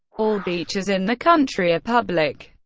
all beaches in the country are public.